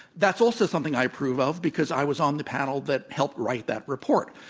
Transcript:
that's also something i approve of because i was on the panel that helped write that report.